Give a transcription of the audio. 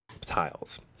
tiles